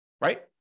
right